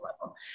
level